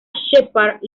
sheppard